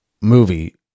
movie